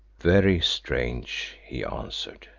very strange, he answered.